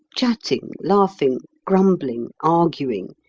chatting, laughing, grumbling, arguing,